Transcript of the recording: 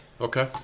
Okay